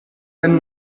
denn